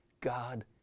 God